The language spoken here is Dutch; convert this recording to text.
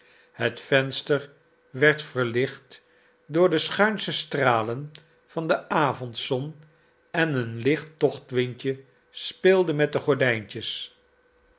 het venster werd verlicht door de schuinsche stralen van de avondzon en een licht tochtwindje speelde met de gordijntjes